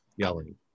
yelling